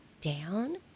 down